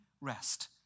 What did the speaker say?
rest